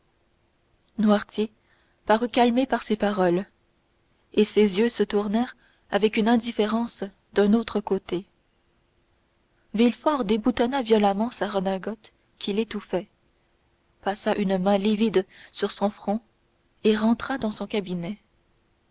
noirtier parut calmé par ces paroles et ses yeux se tournèrent avec indifférence d'un autre côté villefort déboutonna violemment sa redingote qui l'étouffait passa une main livide sur son front et rentra dans son cabinet